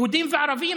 יהודים וערבים,